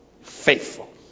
faithful